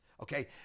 okay